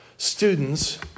Students